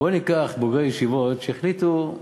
בוא ניקח בוגרי ישיבות שהחליטו,